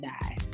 die